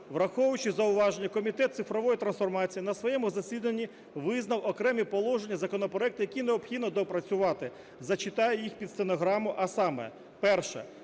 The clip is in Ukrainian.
Враховуючи зауваження, Комітет цифрової трансформації на своєму засіданні визнав окремі положення законопроекту, які необхідно доопрацювати. Зачитаю їх під стенограму, а саме: перше